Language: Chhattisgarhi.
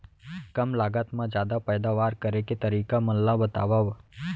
कम लागत मा जादा पैदावार करे के तरीका मन ला बतावव?